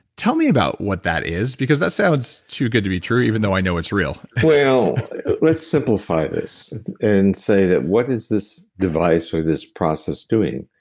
tell me about what that is, because that sounds too good to be true, even though i know it's real let's simplify this and say that, what is this device or this process doing?